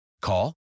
Call